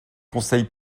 conseil